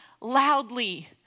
loudly